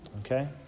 okay